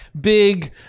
big